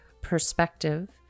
perspective